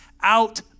out